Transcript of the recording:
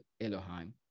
Elohim